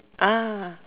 ah